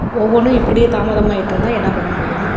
ஒவ்வொன்றும் இப்படியே தாமதமாயிட்டிருந்தா என்ன பண்ண முடியும்